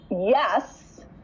yes